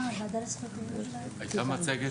המצגת